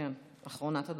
אחרונת הדוברים.